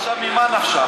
עכשיו, ממה נפשך?